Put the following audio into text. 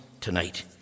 tonight